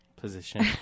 Position